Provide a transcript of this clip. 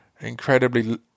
incredibly